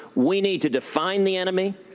we need to define the enemy.